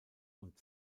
und